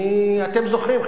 אתם זוכרים,